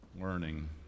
learning